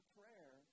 prayer